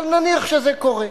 אבל נניח שזה קורה,